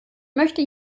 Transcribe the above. möchte